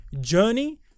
Journey